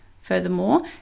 Furthermore